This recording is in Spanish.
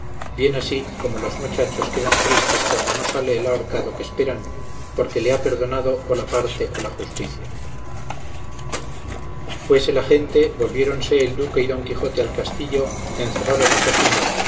bien así como los mochachos quedan tristes cuando no sale el ahorcado que esperan porque le ha perdonado o la parte o la justicia fuese la gente volviéronse el duque y don quijote al castillo encerraron a tosilos